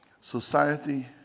society